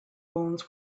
bones